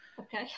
Okay